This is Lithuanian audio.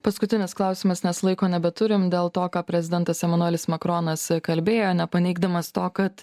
paskutinis klausimas nes laiko nebeturim dėl to ką prezidentas emanuelis makronas kalbėjo nepaneigdamas to kad